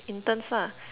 interns lah